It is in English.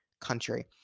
country